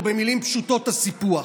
או במילים פשוטות "הסיפוח".